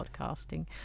podcasting